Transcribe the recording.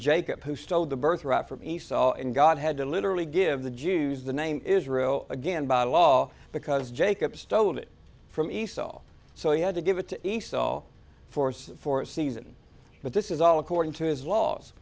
jacob who stole the birthright from esau and god had to literally give the jews the name israel again by law because jacob stole it from esau so he had to give it to esau force for a season but this is all according to his laws